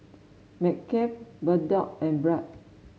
McCafe Bardot and Bragg